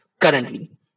currently